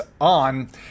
on